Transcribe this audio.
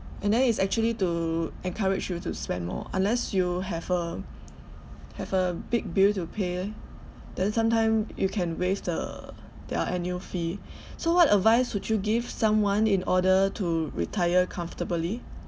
and then is actually to encourage you to spend more unless you have a have a big bill to pay leh then sometime you can waive the their annual fee so what advice would you give someone in order to retire comfortably